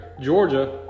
Georgia